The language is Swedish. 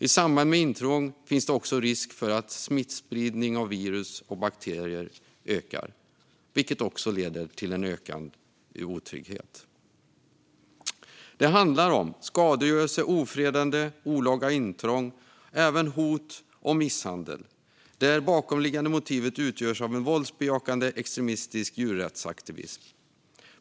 I samband med intrång finns det också risk för att smittspridning av virus och bakterier ökar, vilket också leder till en ökad otrygghet. Det handlar om skadegörelse, ofredande och olaga intrång och även hot och misshandel, där det bakomliggande motivet utgörs av en våldsbejakande extremistisk djurrättsaktivism.